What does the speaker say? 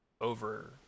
over